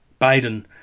Biden